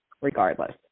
regardless